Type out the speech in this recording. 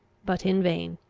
but in vain.